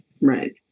Right